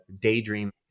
daydream